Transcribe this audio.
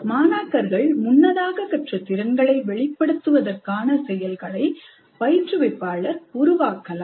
மாணாக்கர்கள் முன்னதாக கற்ற திறன்களை வெளிப்படுத்துவதற்கான செயல்களை பயிற்றுவிப்பாளர் உருவாக்கலாம்